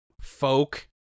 Folk